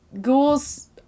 ghouls